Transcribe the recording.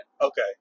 Okay